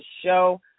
Show